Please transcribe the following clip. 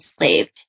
enslaved